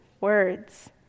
words